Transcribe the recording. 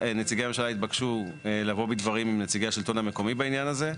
נציגי הממשלה התבקשו לבוא בדברים לנציגי השלטון המקומי בדבר הזה,